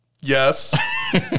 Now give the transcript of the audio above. Yes